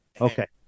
okay